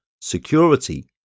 security